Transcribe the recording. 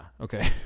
Okay